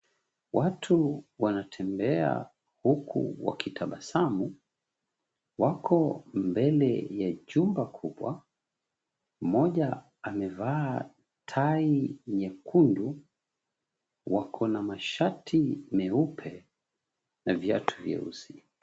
Watu wanatembea huku wakitabasamu. Wako mbele ya jumba kubwa. Mmoja amevaa tai nyekundu. Wakona mashati meupe na viatu vyeusi.